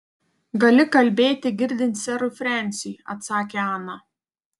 gali kalbėti girdint serui frensiui atsakė ana